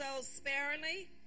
sparingly